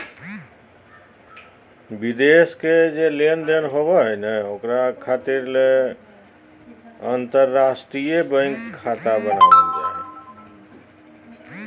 विदेश के लेनदेन खातिर अंतर्राष्ट्रीय बैंक खाता बनावल जा हय